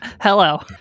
Hello